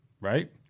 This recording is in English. Right